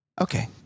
Okay